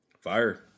Fire